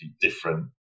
different